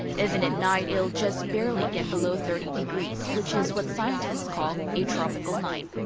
even at night it'll just barely get below thirty degrees, which is what scientists call a tropical night.